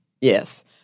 Yes